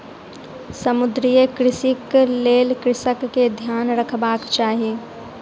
समुद्रीय कृषिक लेल कृषक के ध्यान रखबाक चाही